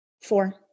Four